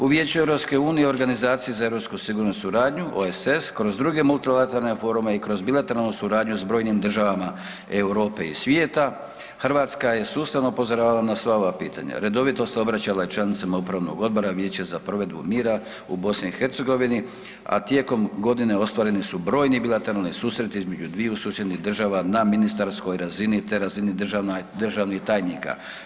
U Vijeću EU Organizaciji za europsku sigurnu suradnju OSS kroz druge multilateralne forume i kroz bilateralnu suradnju s brojnim državama Europe i svijeta Hrvatska je sustavno upozoravala na sva ova pitanja, redovito se obraćala i članicama Upravnog odbora, Vijeća za provedbu mjera u BiH, a tijekom godine ostvareni su brojni bilateralni susreti između dviju susjednih država na ministarskoj razini, te razini državnih tajnika.